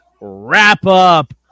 Wrap-Up